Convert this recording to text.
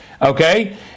Okay